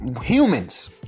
humans